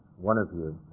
one of you.